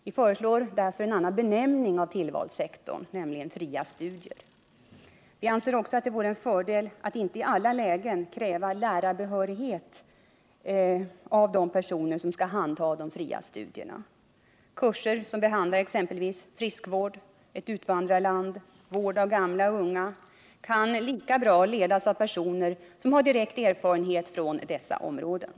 Vi föreslår därför en annan benämning av tillvalssektorn, nämligen fria studier. Vi anser också att det vore en fördel att inte i alla lägen kräva att en lärarbehörig person handhar de fria studierna. Kurser som behandlar exempelvis friskvård, ett utvandrarland, vård av gamla och unga kan lika bra ledas av personer som har direkt erfarenhet från dessa områden.